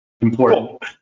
Important